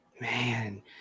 man